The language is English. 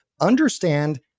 understand